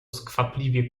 skwapliwie